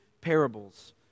parables